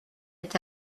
est